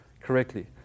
correctly